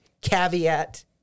caveat